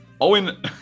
Owen